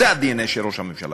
זה הדנ"א של ראש הממשלה,